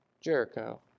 Jericho